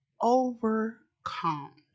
overcome